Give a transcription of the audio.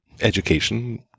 education